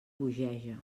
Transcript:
bogeja